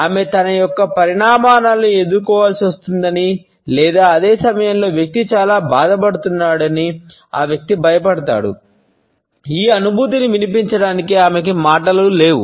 ఆమె తన యొక్క పరిణామాలను ఎదుర్కోవలసి వస్తుందని లేదా అదే సమయంలో వ్యక్తి చాలా బాధపడుతున్నాడని ఆ వ్యక్తి భయపడతాడు ఈ అనుభూతిని వినిపించడానికి ఆమెకు మాటలు లేవు